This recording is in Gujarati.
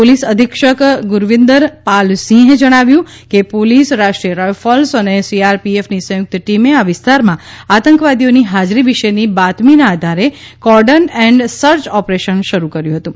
પોલીસ અધિક્ષક ગુરવિંદર પાલસિંહે જણાવ્યું કે પોલીસ રાષ્ટ્રીય રાઇફલ્સ અને સીઆરપીએફની સંયુક્ત ટીમે આ વિસ્તારમાં આતંકવાદીઓની હાજરી વિશેની બાતમીના આધારે કોર્ડન એન્ડ સર્ચ ઓપરેશન શરૂ કર્યું હતું